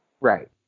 right